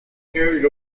carried